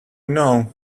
know